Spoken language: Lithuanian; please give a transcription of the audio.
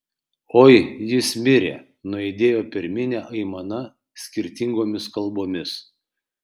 oi jis mirė nuaidėjo per minią aimana skirtingomis kalbomis